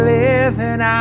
living